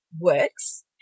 works